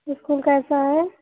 school कैसा है